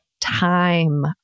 time